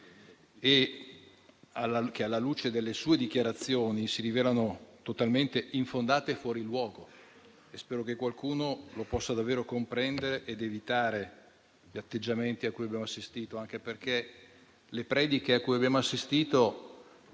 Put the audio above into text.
che, alla luce delle sue dichiarazioni, si rivelano totalmente infondate e fuori luogo. Spero che qualcuno possa davvero comprenderlo ed evitare gli atteggiamenti a cui abbiamo assistito, anche perché le prediche a cui abbiamo assistito